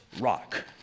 rock